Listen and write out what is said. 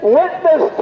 witness